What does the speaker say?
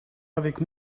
avec